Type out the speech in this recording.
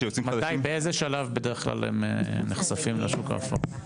באיזה שלב בדרך כלל הם נחשפים לשוק האפור?